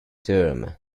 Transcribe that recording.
term